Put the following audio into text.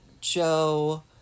Joe